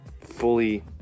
fully